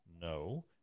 No